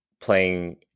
playing